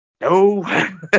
no